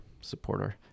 supporter